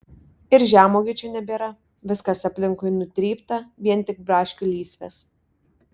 ir žemuogių čia nebėra viskas aplinkui nutrypta vien tik braškių lysvės